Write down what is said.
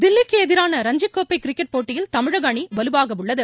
தில்லிக்கு எதிரான ரஞ்சிக் கோப்பை கிரிக்கெட் போட்டியில் தமிழக அணி வலுவாக உள்ளது